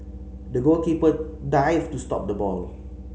the goalkeeper dived to stop the ball